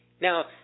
Now